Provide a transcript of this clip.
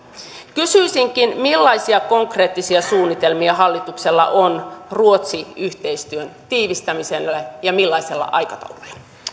kysyisinkin millaisia konkreettisia suunnitelmia hallituksella on ruotsi yhteistyön tiivistämiselle ja millaisella aikataululla